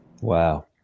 Wow